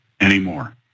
anymore